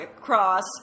cross